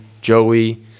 Joey